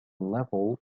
level